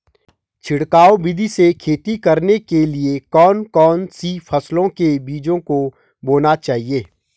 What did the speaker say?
छिड़काव विधि से खेती करने के लिए कौन कौन सी फसलों के बीजों को बोना चाहिए?